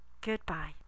Goodbye